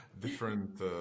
different